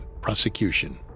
prosecution